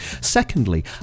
Secondly